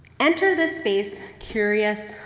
enter this space curious,